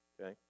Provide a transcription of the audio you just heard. okay